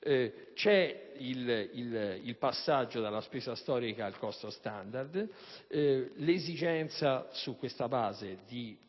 C'è il passaggio dalla spesa storica al costo standard e l'esigenza però di